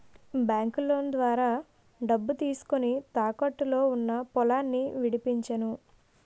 బాంకులోను ద్వారా డబ్బు తీసుకొని, తాకట్టులో ఉన్న పొలాన్ని విడిపించేను